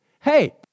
Hey